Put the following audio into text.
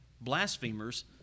blasphemers